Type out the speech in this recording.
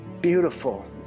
beautiful